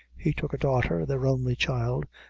he took a daughter, their only child,